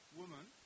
woman